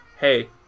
hey